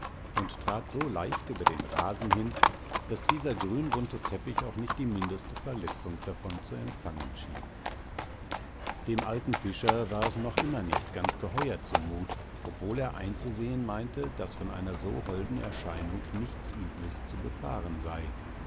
und trat so leicht über den rasen hin daß dieser grünbunte teppich auch nicht die mindeste verletzung davon zu empfangen schien dem alten fischer war es noch immer nicht ganz geheuer zumut obwohl er einzusehn meinte daß von einer so holden erscheinung nichts übles zu befahren sei